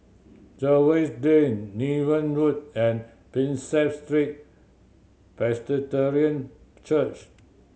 Jervois Lane Niven Road and Prinsep Street Presbyterian Church